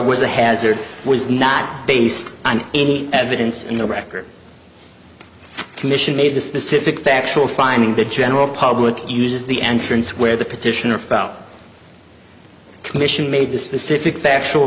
was a hazard was not based on any evidence in the wrecker commission made the specific factual finding the general public uses the entrance where the petitioner found commission made the specific factual